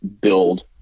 build